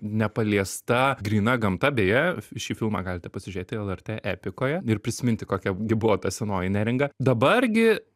nepaliesta gryna gamta beje šį filmą galite pasižiūrėti lrt epikoje ir prisiminti kokia gi buvo ta senoji neringa dabar gi